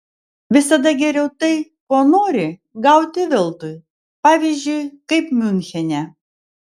visada geriau tai ko nori gauti veltui pavyzdžiui kaip miunchene